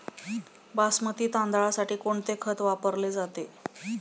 बासमती तांदळासाठी कोणते खत वापरले जाते?